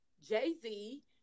Jay-Z